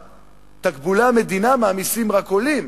תקבולי המדינה מהמסים רק עולים,